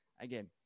Again